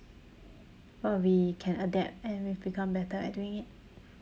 but we can adapt and we've become better at doing it